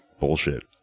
bullshit